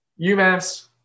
UMass